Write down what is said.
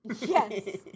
yes